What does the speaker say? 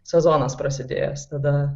sezonas prasidėjęs tada